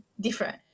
different